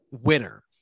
winner